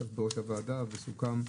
יושב ראש הוועדה שלח את הצדדים להתדיין,